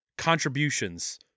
contributions